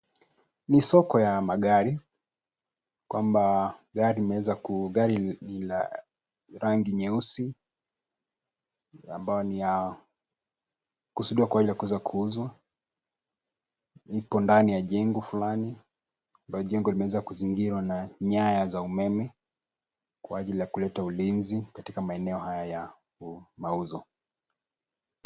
Ni soko ya magari, kwamba gari limeweza ,gari ni la rangi nyeusi ambayo ni ya kusudiwa kwa ajili ya kuweza kuuzwa , ipo ndani ya jengo fulani. Ambalo jengo limeweza kuzingirwa na nyaya za umeme, kwa ajili ya kuleta ulinzi katika maeneo haya ya mauzo.